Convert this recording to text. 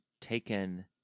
taken